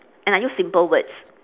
and I use simple words